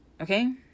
Okay